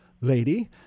lady